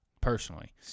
personally